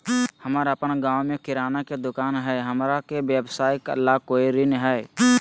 हमर अपन गांव में किराना के दुकान हई, हमरा के व्यवसाय ला कोई ऋण हई?